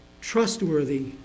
trustworthy